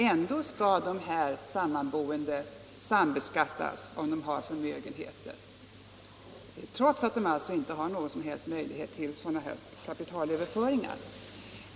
Ändå skall dessa sammanboende sambeskattas om de har förmögenhet — trots att de alltså inte har någon möjlighet till sådana här kapitalöverföringar.